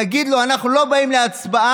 נגיד לו: אנחנו לא באים להצבעה.